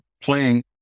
playing